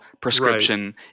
prescription